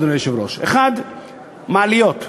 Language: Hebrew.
אדוני היושב-ראש: 1. מעליות.